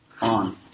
on